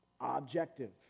Objective